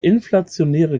inflationäre